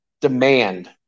demand